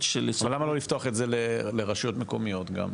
של --- אבל למה לא לפתוח את זה לרשויות מקומיות גם?